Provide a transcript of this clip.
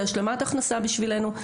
זו השלמת הכנסה בשבילם,